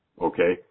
okay